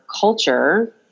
culture